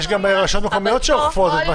אבל, יש גם רשויות מקומיות שאוכפות.